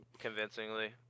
convincingly